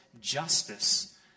justice